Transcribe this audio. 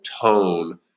tone